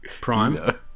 Prime